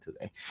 today